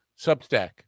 Substack